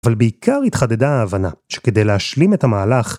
אבל בעיקר התחדדה ההבנה שכדי להשלים את המהלך,